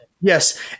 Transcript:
Yes